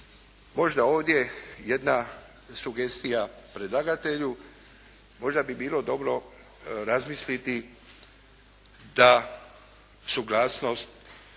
Možda ovdje jedna sugestija predlagatelju. Možda bi bilo dobro razmisliti da suglasnost